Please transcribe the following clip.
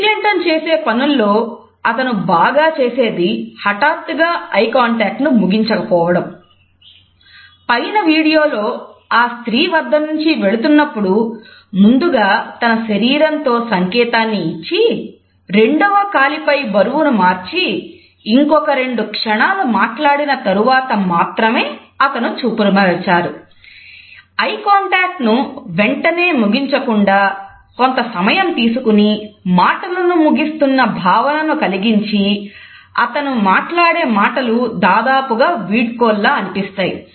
bill Clinton వెంటనే ముగించకుండా కొంత సమయం తీసుకొని మాటలను ముగిస్తున్న భావనను కలిగించి అతను మాట్లాడే మాటలు దాదాపు వీడ్కోలుగా అనిపిస్తాయి